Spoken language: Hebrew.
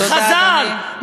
חז"ל,